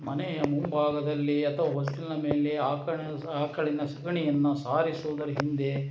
ಮನೆಯ ಮುಂಭಾಗದಲ್ಲಿ ಅಥವಾ ಹೊಸ್ತಿಲಿನ ಮೇಲೆ ಆಕಳಿನ ಸ್ ಆಕಳಿನ ಸಗಣಿಯನ್ನು ಸಾರಿಸುವುದರ ಹಿಂದೆ